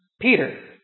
Peter